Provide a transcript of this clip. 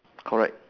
correct